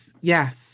Yes